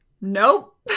nope